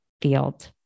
field